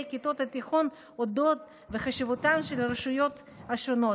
כיתות התיכון על אודות חשיבותן של הרשויות השונות,